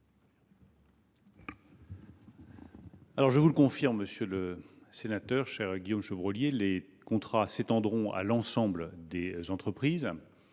Je vous le confirme, monsieur le sénateur, cher Guillaume Chevrollier, ces contrats s’étendront à l’ensemble des entreprises.